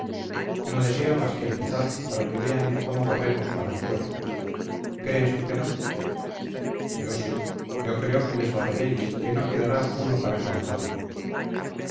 no deseo más que empezar para que vean cómo barremos para afuera crees tú que no yo sí yo creo que les barreréis que no quedará uno para contarlo